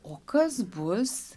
o kas bus